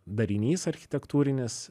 darinys architektūrinis